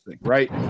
right